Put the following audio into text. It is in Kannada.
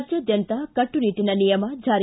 ರಾಜ್ಯಾದ್ಯಂತ ಕಟ್ಟುನಿಟ್ಟನ ನಿಯಮ ಜಾರಿ